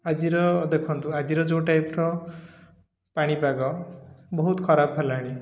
ଆଜିର ଦେଖନ୍ତୁ ଆଜିର ଯେଉଁ ଟାଇପ୍ର ପାଣିପାଗ ବହୁତ ଖରାପ ହେଲାଣି